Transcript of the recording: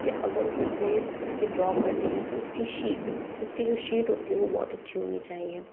के अगर उसे उसकी ड्रा करनी है तो उसकी शीट उसकी जो शीट होती है वो बहुत अच्छी होनी चाहिए